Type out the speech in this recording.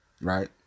Right